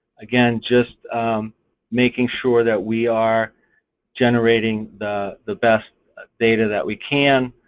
again, just making sure that we are generating the the best data that we can.